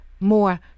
More